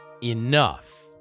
enough